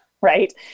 right